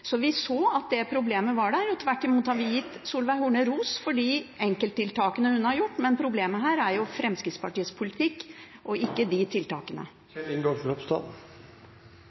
Så vi så at det problemet var der, og vi har tvert imot gitt Solveig Horne ros for de enkelttiltakene hun har gjort, men problemet her er jo Fremskrittspartiets politikk og ikke de tiltakene.